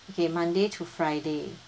okay monday to friday